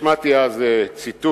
השמעתי אז ציטוט